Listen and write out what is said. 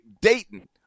Dayton